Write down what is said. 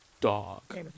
dog